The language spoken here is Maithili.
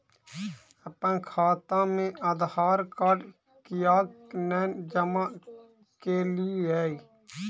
अप्पन खाता मे आधारकार्ड कियाक नै जमा केलियै?